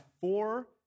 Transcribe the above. four